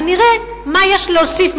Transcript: ונראה מה יש להוסיף,